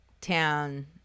town